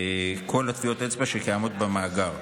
כל טביעות האצבע הקיימות במאגר.